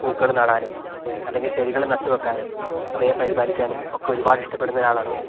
പൂക്കള് നടാനും അല്ലെങ്കിൽ ചെടികൾ നട്ട് വയ്ക്കാനും അവയെ പരിപാലിക്കാനും ഒക്കെ ഒരുപാട് ഇഷ്ടപ്പെടുന്നൊരാളാണ് ഞാൻ